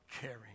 caring